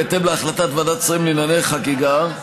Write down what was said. בהתאם להחלטת ועדת השרים לענייני חקיקה,